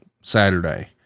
Saturday